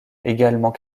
également